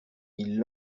ils